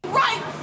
right